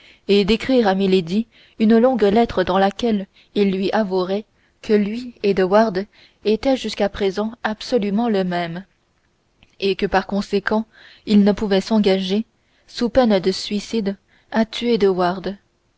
et d'écrire à milady une longue lettre dans laquelle il lui avouerait que lui et de wardes étaient jusqu'à présent absolument le même que par conséquent il ne pouvait s'engager sous peine de suicide à tuer de